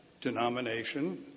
denomination